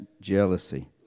jealousy